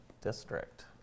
District